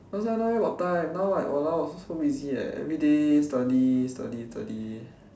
where got time now like !walao! so busy leh everyday study study study study